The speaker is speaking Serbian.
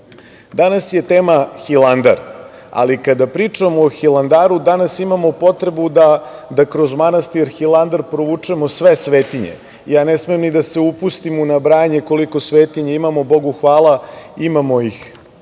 je tema Hilandar, ali kada pričamo o Hilandaru danas imamo potrebu da kroz manastir Hilandar provučemo sve svetinje. Ne smem ni da se upustim u nabrajanje koliko svetinja imamo, Bogu hvala, imamo ih